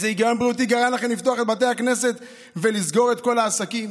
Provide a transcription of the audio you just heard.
איזה היגיון בריאותי גרם לכם לפתוח את בתי הכנסת ולסגור את כל העסקים?